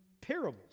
parables